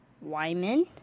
Wyman